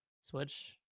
Switch